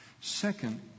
Second